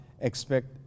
expect